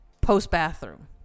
post-bathroom